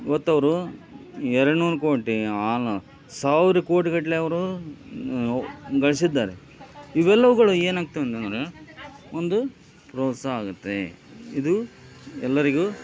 ಇವತ್ತವರು ಎರಡ್ನೂರ ಕೋಟಿ ಆಲ ಸಾವಿರ ಕೋಟಿಗಟ್ಟಲೆ ಅವರು ಗಳಿಸಿದ್ದಾರೆ ಇವೆಲ್ಲವುಗಳು ಏನಾಗ್ತದಂತಂದರೆ ಒಂದು ಪ್ರೋತ್ಸಾಹ ಆಗುತ್ತೆ ಇದು ಎಲ್ಲರಿಗೂ